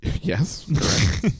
Yes